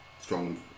strong